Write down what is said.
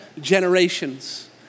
generations